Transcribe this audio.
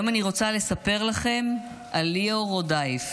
היום אני רוצה לספר לכם על ליאור רודאיף.